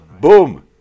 Boom